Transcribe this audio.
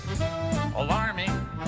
alarming